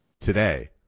today